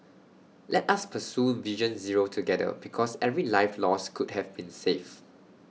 let us pursue vision zero together because every life lost could have been saved